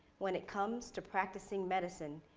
when it comes to practicing medicine,